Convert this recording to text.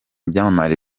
ibyamamare